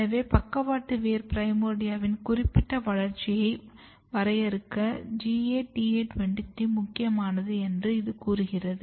எனவே பக்கவாட்டு வேர் பிரைமோர்டியாவின் குறிப்பிட்ட வளர்ச்சியை வரையறுக்க GATA23 முக்கியமானது என்று இது கூறுகிறது